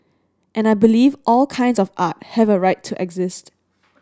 and I believe all kinds of art have a right to exist